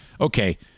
Okay